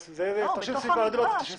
בתוך המגרש.